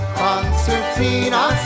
concertina